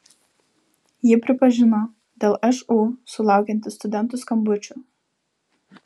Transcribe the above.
ji pripažino dėl šu sulaukianti studentų skambučių